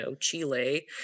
Chile